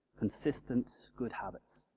consistent, good habits.